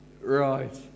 Right